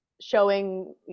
showing